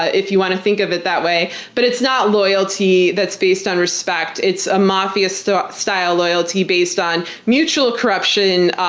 if you want to think of it that way. but it's not loyalty that's based on respect it's a mafia-style mafia-style loyalty based on mutual corruption,